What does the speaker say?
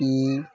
E